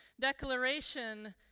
declaration